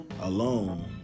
alone